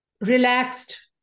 relaxed